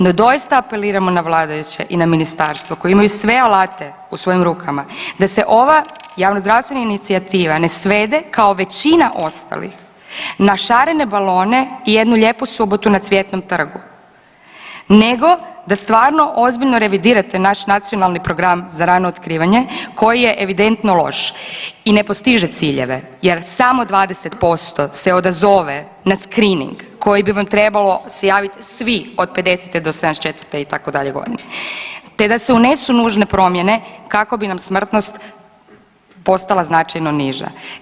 No, doista apeliramo na vladajuće i na ministarstvo koji imaju sve alate u svojim rukama da se ova javnozdravstvena inicijativa ne svede kao većina ostalih na šarene balone i jednu lijepu subotu na Cvjetnom trgu nego da stvarno ozbiljno revidirate naš nacionalni program za rano otkrivanje koji je evidentno loš i ne postiže ciljeve jer samo 20% se odazove na skrining koji bi vam se trebalo javiti svi od 50 do 74 itd. godine te da se unesu nužne promjene kako bi nam smrtnost postala značajno niža.